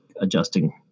adjusting